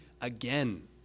again